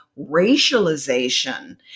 racialization